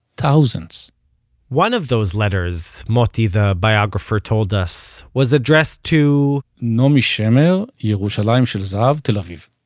thousands one of those letters, moti the biographer told us, was addressed to, naomi shemer, yerushalayim shel zahav, tel aviv.